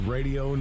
Radio